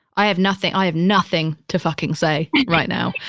i have nothing, i have nothing to fucking say right now.